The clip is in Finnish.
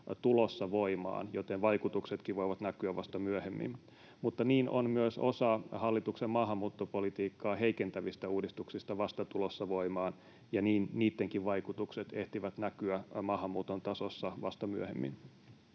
tulossa voimaan, joten vaikutuksetkin voivat näkyä vasta myöhemmin. Mutta niin on myös osa hallituksen maahanmuuttopolitiikkaa heikentävistä uudistuksista vasta tulossa voimaan, ja niin niittenkin vaikutukset ehtivät näkyä maahanmuuton tasossa vasta myöhemmin.